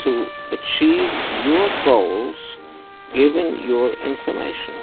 to achieve your goals given your information.